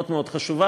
מאוד מאוד חשובה,